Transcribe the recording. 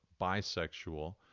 bisexual